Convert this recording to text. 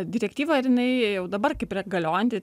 direktyva ir jinai jau dabar kaip yra galiojanti